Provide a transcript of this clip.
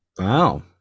wow